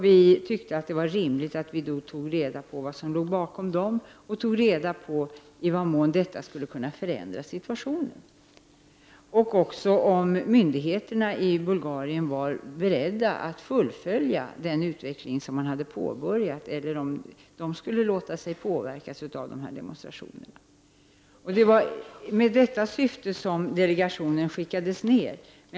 Vi ansåg då att det var rimligt att vi tog reda på vad som låg bakom dessa och i vad mån de skulle kunna förändra situationen. Vi ville också ta reda om myndigheterna i Bulgarien var beredda att fullfölja den utveckling som hade påbörjats eller om de skulle låta sig påverkas av demonstrationerna. Det var i detta syfte som delegationen skickades till Bulgarien.